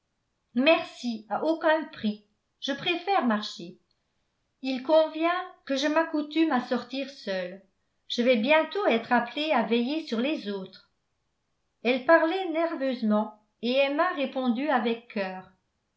merci à aucun prix je préfère marcher il convient que je m'accoutume à sortir seule je vais bientôt être appelée à veiller sur les autres elle parlait nerveusement et emma répondit avec cœur